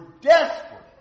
desperate